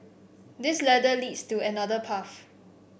this ladder leads to another path